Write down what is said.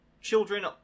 children